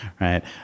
right